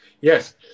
Yes